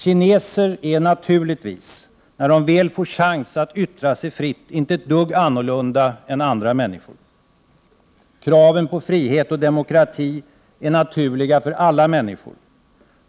Kineser är naturligtvis, när de väl får en chans att yttra sig fritt, inte ett dugg annorlunda än andra människor. Kraven på frihet och demokrati är naturliga för alla människor.